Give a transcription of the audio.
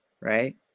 Right